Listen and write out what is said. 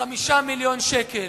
בכ-5 מיליוני שקל.